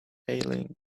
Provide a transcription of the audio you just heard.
medaling